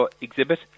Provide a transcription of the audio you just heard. exhibit